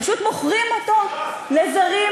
פשוט מוכרים אותו לזרים,